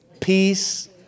peace